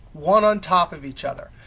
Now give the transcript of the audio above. one on top of each other.